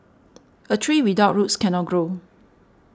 a tree without roots cannot grow